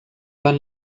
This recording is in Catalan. van